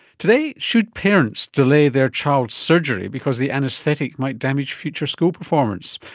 today, should parents delay their child's surgery because the anaesthetic might damage future school performance?